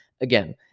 Again